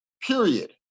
period